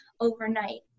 overnight